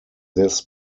this